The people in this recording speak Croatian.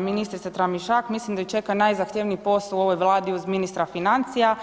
ministrice Tramišak, mislim da je čeka najzahtjevniji posao u ovoj Vladi uz ministra financija.